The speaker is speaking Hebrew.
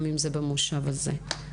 גם במושב הזה.